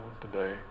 today